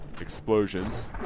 explosions